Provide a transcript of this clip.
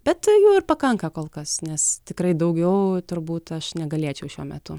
bet jų ir pakanka kol kas nes tikrai daugiau turbūt aš negalėčiau šiuo metu